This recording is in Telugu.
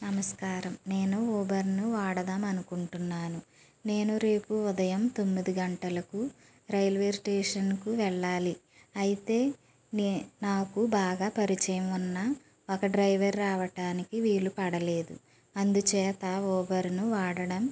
నమస్కారం నేను ఉబర్ను వాడదాము అనుకుంటున్నాను నేను రేపు ఉదయం తొమ్మిది గంటలకు రైల్వే స్టేషన్కు వెళ్ళాలి అయితేనే నాకు బాగా పరిచయం ఉన్న ఒక డ్రైవర్ రావటానికి వీలుపడలేదు అందుచేత ఉబర్ను వాడడం